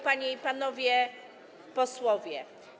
Panie i Panowie Posłowie!